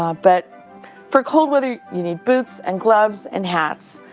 um but for cold weather, you need boots, and gloves, and hats.